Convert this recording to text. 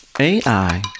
AI